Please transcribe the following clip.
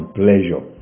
pleasure